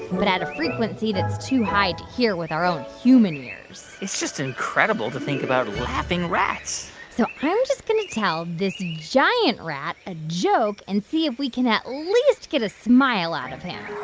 but at a frequency that's too high to hear with our own human ears it's just incredible to think about laughing rats so i'm just going to tell this giant rat a joke and see if we can at least get a smile out of him